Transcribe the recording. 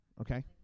okay